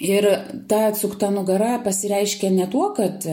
ir ta atsukta nugara pasireiškia ne tuo kad